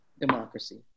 democracy